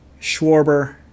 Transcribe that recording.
Schwarber